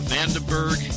Vandenberg